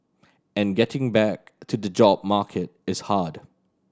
and getting back to the job market is hard